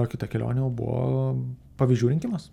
kita kelionė jau buvo pavyzdžių rinkimas